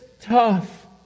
tough